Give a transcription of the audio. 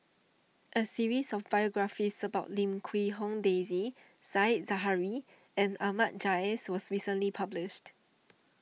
a series of biographies about Lim Quee Hong Daisy Said Zahari and Ahmad Jais was recently published